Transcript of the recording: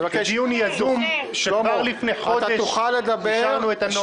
זה דיון יזום, כבר לפני חודש אישרנו את הנוהל הזה.